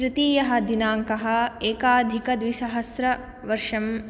तृतीयः दिनाङ्कः एकाधिकद्विसहस्रवर्षं